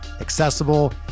accessible